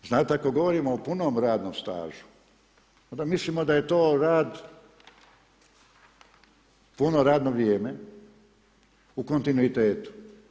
Znate ako govorimo o punom radnom stažu onda mislimo da je to rad puno radno vrijeme u kontinuitetu.